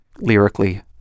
lyrically